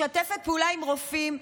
משתפת פעולה עם רופאים,